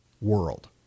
world